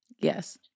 Yes